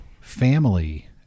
family